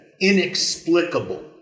inexplicable